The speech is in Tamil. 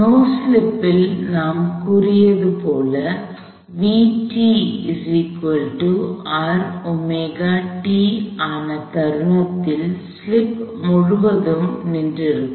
நோ ஸ்லிப்பில் நாம் கூறியது போல் ஆன தருணத்தில் ஸ்லிப் முழுவதுமாக நின்றிருக்கும்